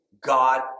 God